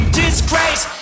disgrace